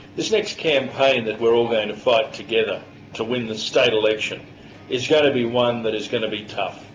this next campaign that we're all going to fight but together to win the state election is going to be one that is going to be tough.